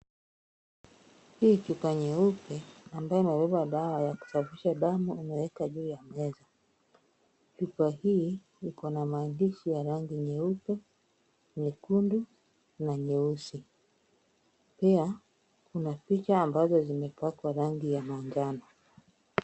Hii chupa nyeupe ambayo imebeba dawa ya kusafisha damu imewekwa juu ya meza. Chupa hii iko na maandishi ya rangi nyeupe, nyekundu na nyeusi. Pia kuna picha ambazo zimepakwa rangi ya manjano.